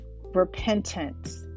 repentance